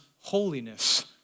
holiness